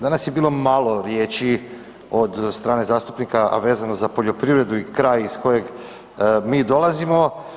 Danas je bilo malo riječi od strane zastupnika, a vezano za poljoprivredu i kraj iz kojeg mi dolazimo.